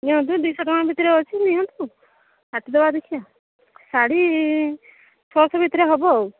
ନିଅନ୍ତୁ ଦୁଇଶହ ଟଙ୍କା ଭିତରେ ଅଛି ନିଅନ୍ତୁ କାଟିଦେବା ଦେଖିଆ ଶାଢ଼ୀ ଛଅଶହ ଭିତରେ ହେବ ଆଉ